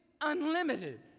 unlimited